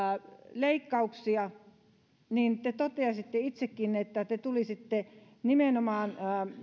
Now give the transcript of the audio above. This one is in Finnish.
leikkauksia niin te totesitte itsekin että te tulisitte nimenomaan